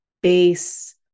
base